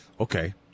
okay